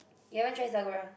you haven't try Sakura